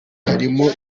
harimo